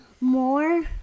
more